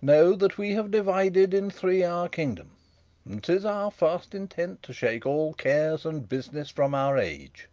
know that we have divided in three our kingdom and tis our fast intent to shake all cares and business from our age